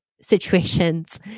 situations